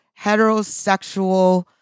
heterosexual